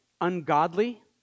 ungodly